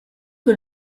que